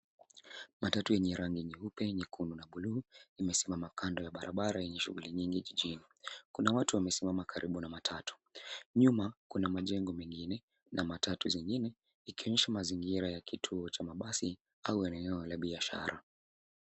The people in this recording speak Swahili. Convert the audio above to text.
Matatu yenye rangi nyeupe, nyeundu na buluu imesimama kando ya barabara yenye shughuli nyingi jijini. Kuna watu wamesimama karibu na matatu. Nyuma kuna majengo mengine na matatu zingine ikionyesha mazingira ya kituo cha mabasi au eneo la biashara.